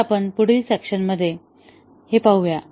तर आपण पुढील सेशन मध्ये हे पाहूया